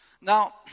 Now